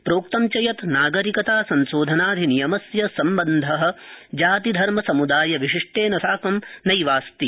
प्रोक्तं च यत नागरिकता संशोधनाधिनियमस्य सम्बन्ध जाति धर्म सम्दायविशिष्टेन साकं नैवास्ति